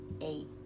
eight